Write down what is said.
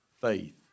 faith